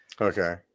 okay